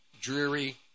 dreary